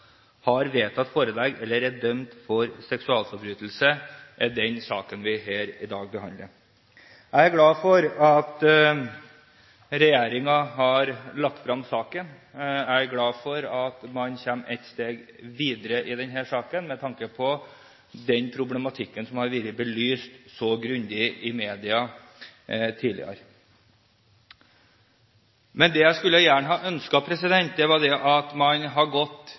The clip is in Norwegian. har vedtatt forelegg eller er dømt for seksualforbrytelser, er den saken vi her behandler. Jeg er glad for at regjeringen har lagt frem saken. Jeg er glad for at man kommer et steg videre i denne saken med tanke på den problematikken som har vært belyst så grundig i media tidligere. Men det jeg gjerne skulle ha ønsket, var at man hadde gått